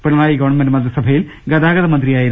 Pinarayi government മന്ത്രിസഭയിൽ ഗതാഗത മന്ത്രിയായിരുന്നു